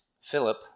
Philip